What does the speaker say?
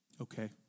Okay